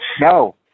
No